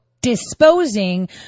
disposing